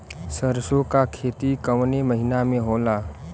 सरसों का खेती कवने महीना में होला?